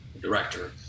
director